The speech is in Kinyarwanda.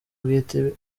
bwite